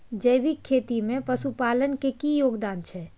जैविक खेती में पशुपालन के की योगदान छै?